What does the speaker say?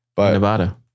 Nevada